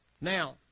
Now